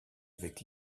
avec